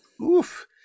Oof